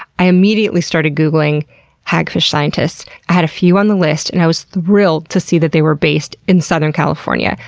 i immediately started googling hagfish scientists i had a few on the list and was thrilled to see that they were based in southern california.